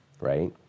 right